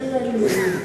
באלה אני מבין.